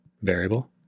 variable